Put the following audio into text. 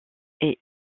est